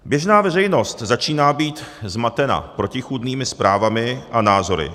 Běžná veřejnost začíná být zmatena protichůdnými zprávami a názory.